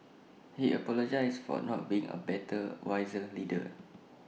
he apologised for not being A better wiser leader